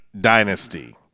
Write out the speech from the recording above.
dynasty